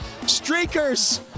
streakers